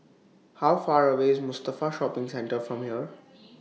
How Far away IS Mustafa Shopping Centre from here